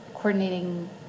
Coordinating